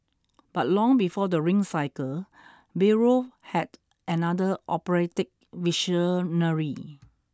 but long before the Ring cycle Bayreuth had another operatic visionary